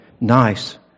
nice